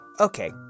Okay